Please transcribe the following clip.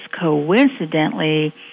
coincidentally